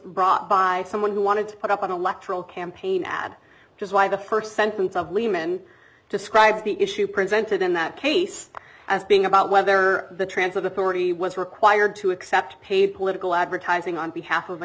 brought by someone who wanted to put up an electoral campaign ad which is why the st sentence of lehman describes the issue presented in that case as being about whether the transit authority was required to accept paid political advertising on behalf of a